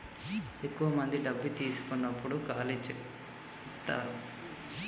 ఎక్కువ మంది డబ్బు తీసుకున్నప్పుడు ఖాళీ చెక్ ఇత్తారు